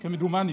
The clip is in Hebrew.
כמדומני.